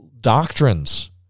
doctrines